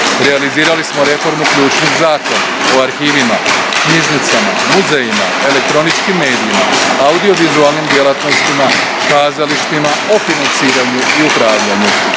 Realizirali smo reformu ključnih zakona o arhivima, knjižnicama, muzejima, elektroničkim medijima, audiovizualnim djelatnostima, kazalištima, o financiranju i upravljanju.